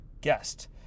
guest